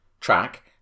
track